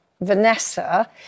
Vanessa